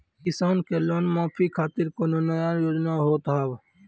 किसान के लोन माफी खातिर कोनो नया योजना होत हाव?